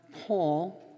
Paul